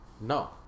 No